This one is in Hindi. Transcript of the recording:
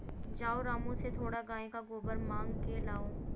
जाओ रामू से थोड़ा गाय का गोबर मांग के लाओ